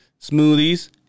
smoothies